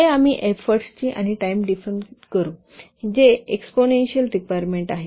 पुढे आम्ही एफोर्टची आणि टाईम डिफाइन करू जे एक्सपोनशील रिक्वायरमेंट आहे